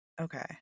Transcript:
okay